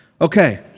Okay